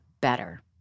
better